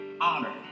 honor